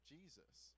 Jesus